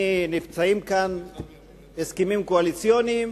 נמצאים כאן ההסכמים הקואליציוניים,